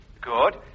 Good